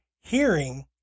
hearing